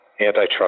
antitrust